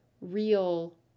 real